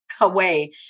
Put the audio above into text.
away